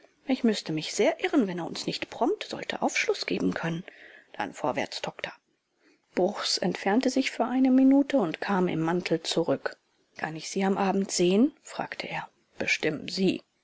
ich müßte mich sehr irren wenn er uns nicht prompt sollte aufschluß geben können dann vorwärts doktor bruchs entfernte sich für eine minute und kam im mantel zurück kann ich sie am abend sehen fragte er bestimmen sie